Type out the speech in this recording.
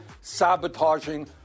sabotaging